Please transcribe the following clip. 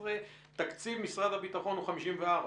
תקציב משרד הביטחון הוא 54 מיליון